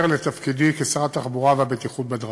של תפקידי כשר התחבורה והבטיחות בדרכים.